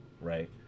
right